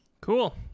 cool